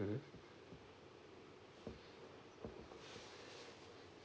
mmhmm